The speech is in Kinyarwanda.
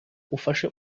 ufashe